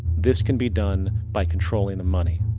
this can be done by controlling the money.